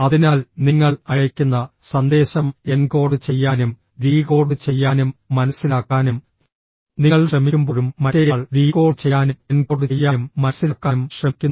അതിനാൽ നിങ്ങൾ അയയ്ക്കുന്ന സന്ദേശം എൻകോഡ് ചെയ്യാനും ഡീകോഡ് ചെയ്യാനും മനസ്സിലാക്കാനും നിങ്ങൾ ശ്രമിക്കുമ്പോഴും മറ്റേയാൾ ഡീകോഡ് ചെയ്യാനും എൻകോഡ് ചെയ്യാനും മനസ്സിലാക്കാനും ശ്രമിക്കുന്നു